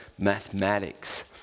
Mathematics